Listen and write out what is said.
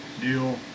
deal